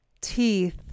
teeth